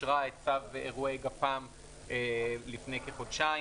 אישרה את צו אירועי גפ"מ לפני כחודשיים.